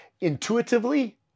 intuitively